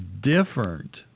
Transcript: different